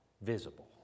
visible